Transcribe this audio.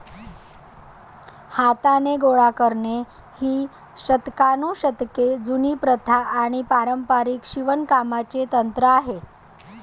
हाताने गोळा करणे ही शतकानुशतके जुनी प्रथा आणि पारंपारिक शिवणकामाचे तंत्र आहे